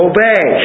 Obey